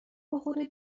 بخوره